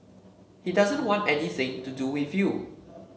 he doesn't want anything to do with you